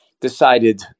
decided